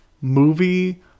movie